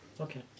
Okay